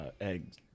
eggs